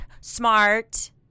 smart